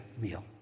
meal